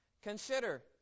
Consider